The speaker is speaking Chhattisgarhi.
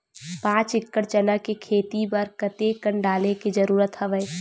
पांच एकड़ चना के खेती बर कते कन डाले के जरूरत हवय?